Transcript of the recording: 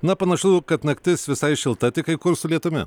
na panašu kad naktis visai šilta tik kai kur su lietumi